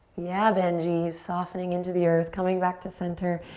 yeah, benji! softening into the earth, coming back to center.